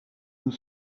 nous